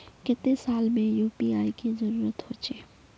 केते साल में यु.पी.आई के जरुरत होचे?